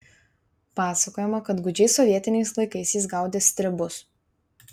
pasakojama kad gūdžiais sovietiniais laikais jis gaudė stribus